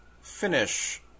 finish